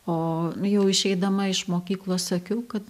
o jau išeidama iš mokyklos sakiau kad